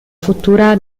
futura